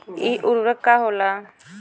इ उर्वरक का होला?